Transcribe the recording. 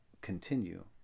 continue